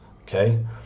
okay